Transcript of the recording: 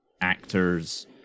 actors